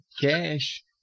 cash